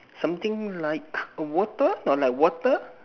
something like water or like water